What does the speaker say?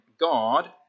God